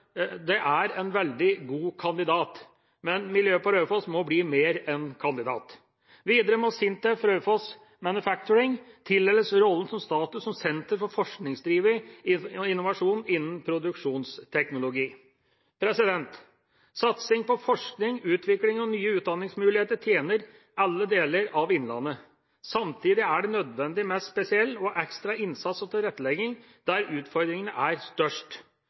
det er en veldig god kandidat, men miljøet på Raufoss må bli mer enn kandidat. Videre må SINTEF Raufoss Manufacturing tildeles status som senter for forskningsdrevet innovasjon innen produksjonsteknologi. Satsing på forskning, utvikling og nye utdanningsmuligheter tjener alle deler av innlandet. Samtidig er det nødvendig med spesiell og ekstra innsats og tilrettelegging der utfordringene er størst.